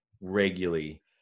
regularly